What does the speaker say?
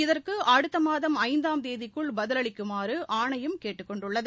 இதற்குஅடுத்தமாதம் ஐந்தாம் தேதிக்குள் பதிலளிக்குமாறுஆணையம் கேட்டுக் கொண்டுள்ளது